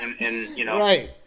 Right